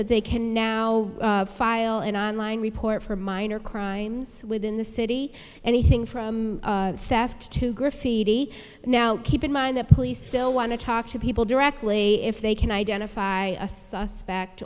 that they can now file in on line report for minor crimes within the city anything from saft to graffiti now keep in mind that police still want to talk to people directly if they can identify a suspect